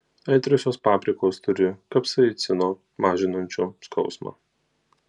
aitriosios paprikos turi kapsaicino mažinančio skausmą